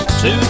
two